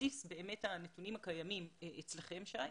לבסיס הנתונים הקיימים אצל שי.